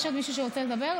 יש עוד מישהו שרוצה לדבר?